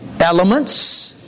elements